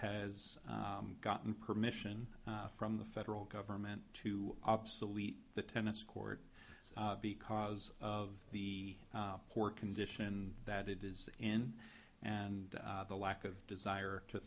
has gotten permission from the federal government to obsolete the tennis court because of the poor condition that it is in and the lack of desire to